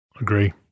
Agree